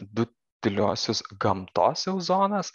du tyliosios gamtos jau zonas